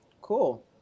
cool